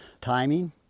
timing